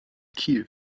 kiel